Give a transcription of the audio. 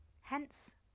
hence